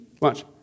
Watch